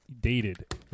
dated